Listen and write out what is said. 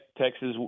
Texas